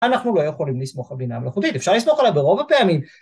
אנחנו לא יכולים לסמוך על בינה מלאכותית, אפשר לסמוך עליה ברוב הפעמים.